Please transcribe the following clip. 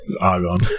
Argon